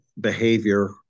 behavior